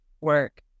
work